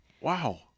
wow